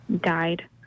died